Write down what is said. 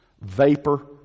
vapor